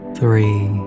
three